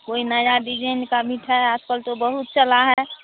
कोई नई डिजाइन की मिठाई आजकल तो बहुत चली है